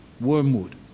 wormwood